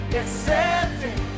accepting